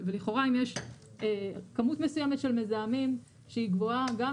ולכאורה אם יש כמות מסוימת של מזהמים שהיא גבוהה גם